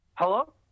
Hello